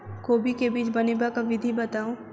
कोबी केँ बीज बनेबाक विधि बताऊ?